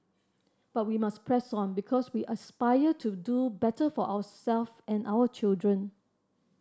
but we must press on because we aspire to do better for ourself and our children